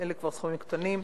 אבל אלה כבר סכומים קטנים.